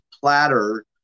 platter